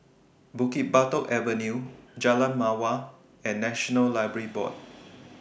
Bukit Batok Avenue Jalan Mawar and National Library Board